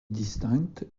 distinctes